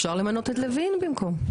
אפשר למנות את לוין במקום.